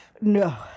No